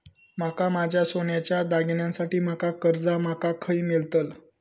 माका माझ्या सोन्याच्या दागिन्यांसाठी माका कर्जा माका खय मेळतल?